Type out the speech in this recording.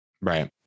Right